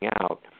out